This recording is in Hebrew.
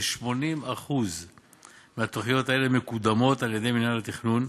כ-80% מהתוכניות האלה מקודמות על-ידי מינהל התכנון,